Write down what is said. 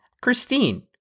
Christine